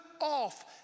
off